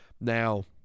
Now